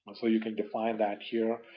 so you can define that here.